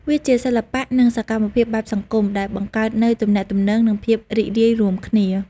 វាជាសិល្បៈ និងសកម្មភាពបែបសង្គម ដែលបង្កើតនូវទំនាក់ទំនង និងភាពរីករាយរួមគ្នា។